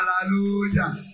Hallelujah